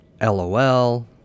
LOL